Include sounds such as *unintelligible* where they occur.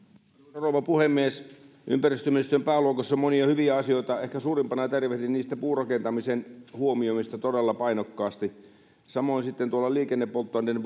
rouva puhemies ympäristöministeriön pääluokassa on monia hyviä asioita ehkä suurimpana tervehdin niistä puurakentamisen huomioimista todella painokkaasti samoin sitten tuolla liikennepolttoaineiden *unintelligible*